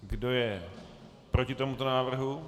Kdo je proti tomuto návrhu?